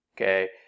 okay